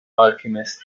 alchemist